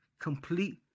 Complete